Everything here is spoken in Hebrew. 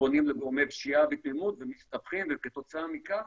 פונים לגורמי פשיעה ומסתבכים וכתוצאה מכך